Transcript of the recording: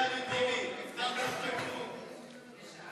חייב להיות מקורי בשעה הזאת.